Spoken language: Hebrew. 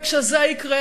וכשזה יקרה,